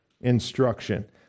instruction